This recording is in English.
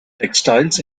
textiles